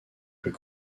plus